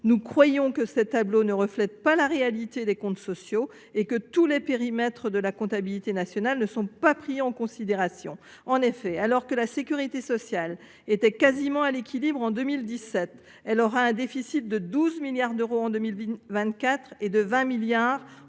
Nous croyons que ces tableaux ne reflètent pas la réalité des comptes sociaux et que tous les périmètres de la comptabilité nationale ne sont pas pris en considération. En effet, alors que la sécurité sociale était quasiment à l’équilibre en 2017, elle aura un déficit de 12 milliards d’euros en 2024 et de 20 milliards en 2027.